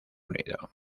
unido